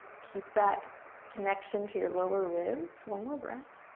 keep that connection to your lower ribs. one more breath.